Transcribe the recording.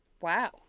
Wow